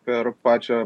per pačią